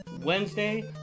Wednesday